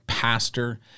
pastor